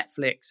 Netflix